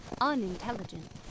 unintelligent